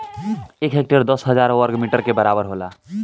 एक हेक्टेयर दस हजार वर्ग मीटर के बराबर होला